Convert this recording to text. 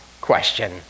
question